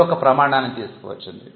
ఇది ఒక ప్రమాణాన్ని తీసుకువచ్చింది